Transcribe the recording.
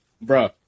Bro